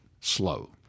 slow